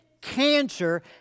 cancer